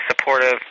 supportive